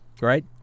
Right